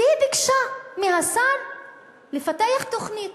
והיא ביקשה מהשר לפתח תוכנית,